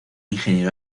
ingeniero